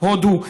הודו,